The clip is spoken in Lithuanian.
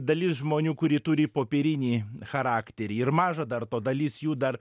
dalis žmonių kurie turi popierinį charakterį ir maža dar to dalis jų dar